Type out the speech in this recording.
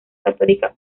católica